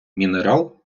мінерал